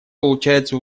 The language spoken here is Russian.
получается